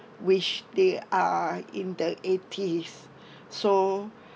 which they are in the eighties so